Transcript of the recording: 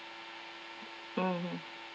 mmhmm